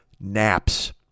naps